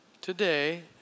today